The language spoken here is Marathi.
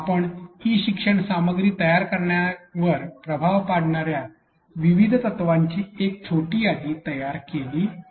आपण ई शिक्षण सामग्री तयार करण्यावर प्रभाव पाडणार्या विविध तत्त्वांची एक छोटी यादी तयार केली आहे